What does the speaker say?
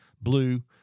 blue